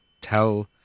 tell